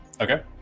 Okay